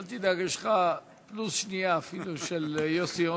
אל תדאג, יש לך פלוס שנייה אפילו של יוסי יונה.